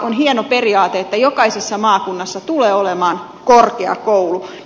on hieno periaate että jokaisessa maakunnassa tulee olemaan korkeakoulu